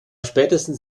spätestens